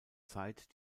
zeit